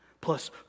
plus